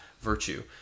virtue